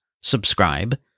subscribe